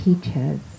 teachers